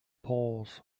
pause